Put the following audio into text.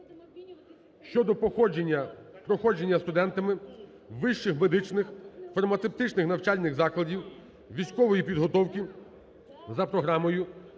(щодо проходження студентами вищих медичних, фармацевтичних навчальних закладів військової підготовки за програмою підготовки